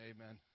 Amen